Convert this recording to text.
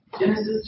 Genesis